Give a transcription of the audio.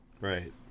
right